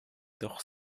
doch